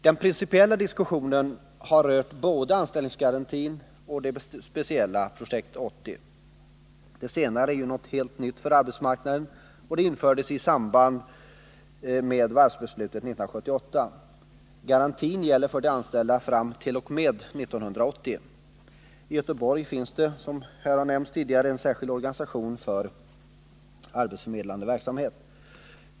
Den principiella diskussionen har rört både anställningsgarantin och det speciella Projekt 80. Det senare är något helt nytt för arbetsmarknaden och infördes i samband med varvsbeslutet 1978. Garantin gäller för de anställda framt.o.m. 1980. I Göteborg finns, som här har nämnts tidigare, en särskild organisation för arbetsförmedlande verksamhet.